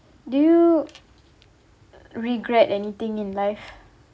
do you regret anything in life